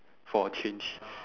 for a change